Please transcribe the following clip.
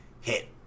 hit